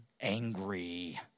angry